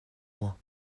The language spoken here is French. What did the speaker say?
moi